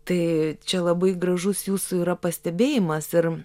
tai čia labai gražus jūsų yra pastebėjimas ir